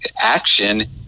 action